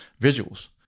visuals